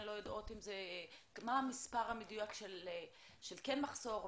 לא יודעות מה המספר המדויק של כן מחסור,